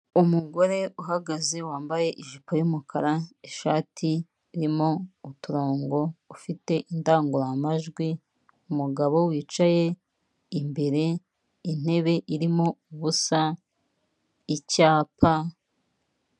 Umugore uhagaze wambaye ijipo y'umukara, ishati irimo uturongo, ufite indangururamajwi, umugabo wicaye imbere, intebe irimo ubusa, icyapa